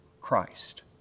Christ